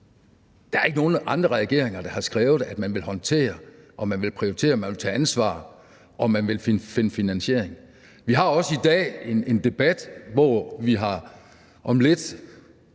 Der er ikke nogen andre regeringer, der har skrevet, at man vil håndtere og man vil prioritere og man vil tage ansvar og man vil finde finansiering. Vi har også i dag en debat, hvor vi om lidt